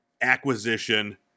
acquisition